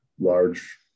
large